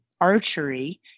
archery